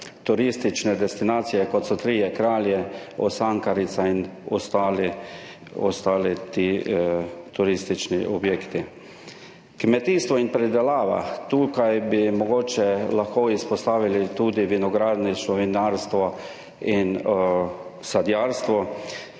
turistične destinacije, kot so Trije kralji, Osankaricain ostali turistični objekti. Kmetijstvo in pridelava, tukaj bi lahko mogoče izpostavili vinogradništvo, vinarstvo in sadjarstvo.